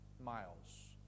miles